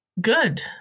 good